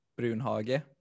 Brunhage